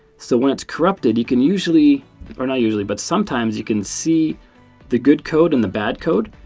so when it's corrupted, you can usually or not usually, but sometimes you can see the good code and the bad code.